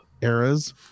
eras